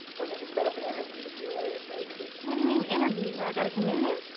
we need to set up an interview with you asap what do you mean interview i gotta come in there?